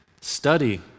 study